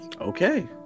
Okay